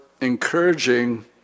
encouraging